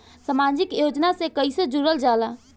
समाजिक योजना से कैसे जुड़ल जाइ?